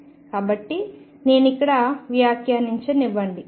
కాబట్టి నేను ఇక్కడ వ్యాఖ్యానించనివ్వండి